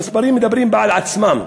המספרים מדברים בעד עצמם.